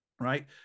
right